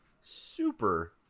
super